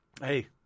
Hey